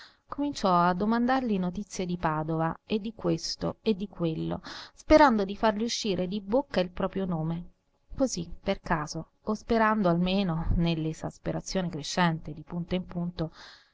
cominciò a domandargli notizie di padova e di questo e di quello sperando di fargli uscir di bocca il proprio nome così per caso o sperando almeno nell'esasperazione crescente di punto in punto